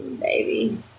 Baby